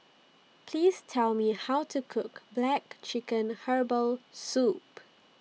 Please Tell Me How to Cook Black Chicken Herbal Soup